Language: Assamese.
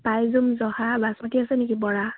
আইজং জহা বাচমতি আছে নেকি বৰা